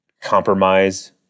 compromise